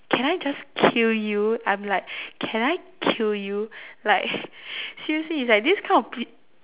can I just kill you I'm like can I kill you like seriously like this kind of pe~